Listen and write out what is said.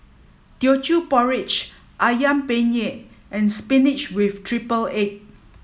Teochew Porridge Ayam Penyet and Spinach with Triple Egg